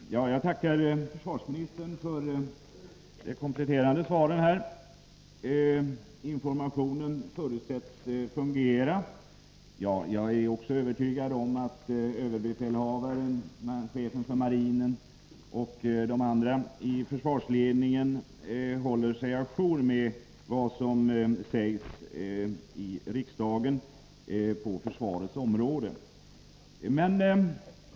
Herr talman! Jag tackar försvarsministern för de kompletterande svaren. Informationen förutsätts fungera. Jag är också övertygad om att ÖB, chefen för marinen och de andra i försvarsledningen håller sig å jour med vad som sägs i riksdagen på försvarsområdet.